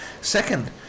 Second